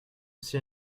sien